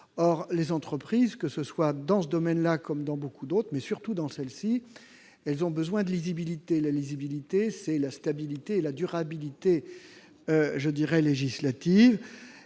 Or les entreprises, dans ce domaine comme dans beaucoup d'autres, mais surtout dans celui-là, ont besoin de lisibilité. La lisibilité, c'est la stabilité et la durabilité législatives.